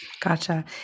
Gotcha